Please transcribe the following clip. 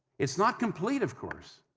it's not complete of course,